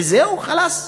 וזהו, חלאס?